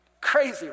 crazy